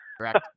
correct